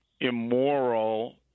immoral